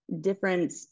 different